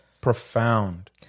profound